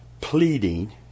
pleading